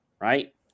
right